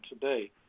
today